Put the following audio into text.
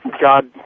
God